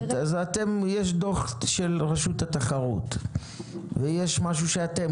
יש דוח של רשות התחרות ויש משהו שאתם